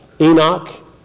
Enoch